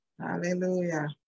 Hallelujah